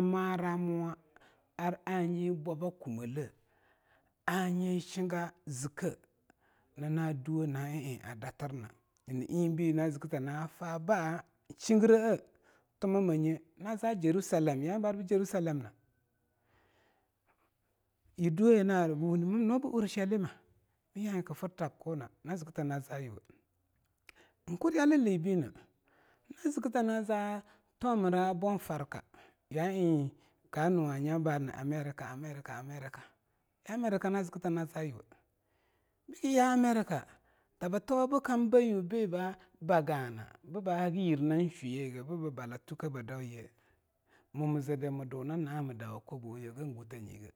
maramuwa ar hanyi bwobe kumola hanyi shiga ziekei na na duwo na ih ih a datirna ibi na zika tana fa baa shigura a tumumanyi na za Jerusalem yalba arbu Jerusalem na yir duwoye hani arbu ursha lima bu yal kufir tabku nal kurya libina na zikita na za tomura boofarka ya ih kanu ba ara nya bu America - America ya America na zikitana na zayuwo, ya America tabu tuwo bu kam bayu wo biba-baa gana bu hagi yir na shuyega bubu bala twukea bube dauye muma zeeri ma duna naa mam dawa koboho nye.